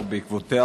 ובעקבותיה,